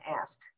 ask